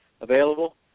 available